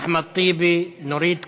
אחמד טיבי, נורית קורן.